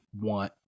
want